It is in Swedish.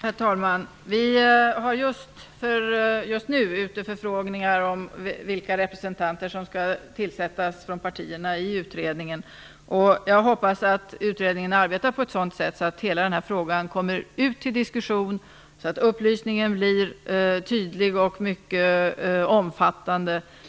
Herr talman! Vi har just nu förfrågningar ute om vilka representanter som skall tillsättas från partierna i utredningen. Jag hoppas att utredningen arbetar på ett sådant sätt att hela denna fråga kommer ut till diskussion och så att upplysningen blir tydlig och mycket omfattande.